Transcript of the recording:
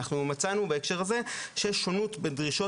מצאנו בהקשר הזה שיש שונות בדרישות